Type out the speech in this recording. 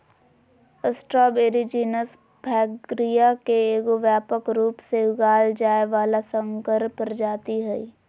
strawberry genus Fragaria के एगो व्यापक रूप से उगाल जाय वला संकर प्रजाति हइ